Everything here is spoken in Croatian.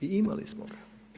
I imali smo ga.